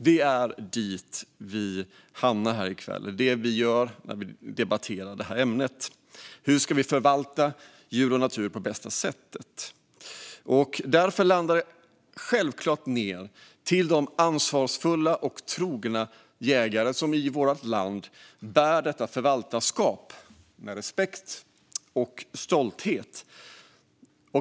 Det är där vi hamnar här i kväll när vi debatterar detta ämne. Hur ska vi förvalta djur och natur på bästa sätt? Det landar självfallet i de ansvarsfulla och trogna jägare som i vårt land bär förvaltarskapet med respekt och stolthet.